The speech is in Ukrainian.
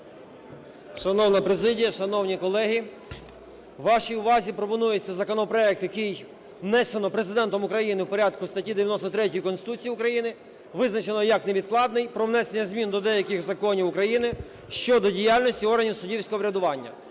Шановна президія! Шановні колеги! Вашій увазі пропонується законопроект, який внесено Президентом України в порядку статті 93 Конституції України, визначено як невідкладний. Про внесення змін до деяких законів України щодо діяльності органів суддівського врядування.